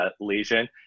lesion